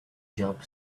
jump